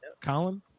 Colin